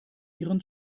ihren